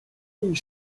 jej